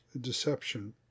deception